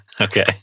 Okay